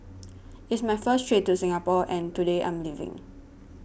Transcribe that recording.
it's my first trip to Singapore and today I'm leaving